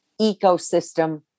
ecosystem